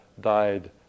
died